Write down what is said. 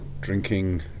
drinking